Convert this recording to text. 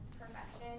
perfection